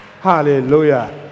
Hallelujah